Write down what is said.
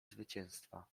zwycięstwa